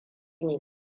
ne